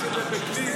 איך קרה שבבית ליד,